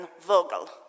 Vogel